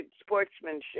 sportsmanship